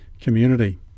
community